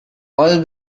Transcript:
all